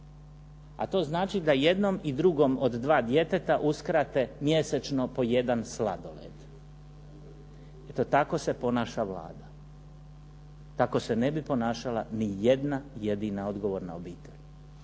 a to znači da jednom i drugom od 2 djeteta uskrate mjesečno po jedan sladoled. Eto, tako se ponaša Vlada. Tako se ne bi ponašala ni jedna jedina odgovorna obitelj.